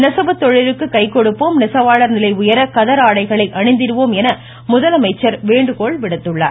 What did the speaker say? நெசவு தொழிலுக்கு கைகொடுப்போம் நெசவாளர் நிலை உயர கதர் ஆடைகளை அணிந்திடுவோம் என முதலமைச்சர் வேண்டுகோள் விடுத்துள்ளார்